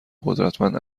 قدرتمند